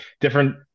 different